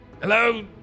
Hello